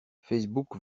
facebook